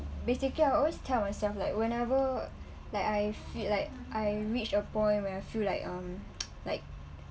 basically I always tell myself like whenever like I feel like I reached a point where I feel like um like